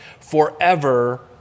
forever